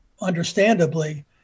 understandably